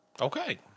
Okay